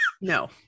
No